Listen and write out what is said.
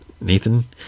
Nathan